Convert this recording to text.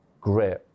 Great